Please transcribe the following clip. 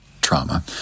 trauma